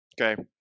okay